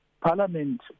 Parliament